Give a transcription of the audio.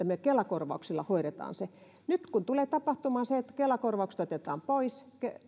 me kela korvauksella hoidamme sen nyt kun tulee tapahtumaan se että kela korvaukset otetaan pois